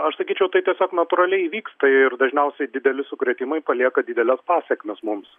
aš sakyčiau tai tiesiog natūraliai vyksta ir dažniausiai dideli sukrėtimai palieka dideles pasekmes mums